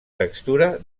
textura